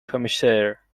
commissaire